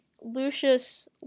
Lucius